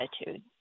attitude